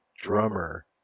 drummer